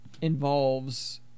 involves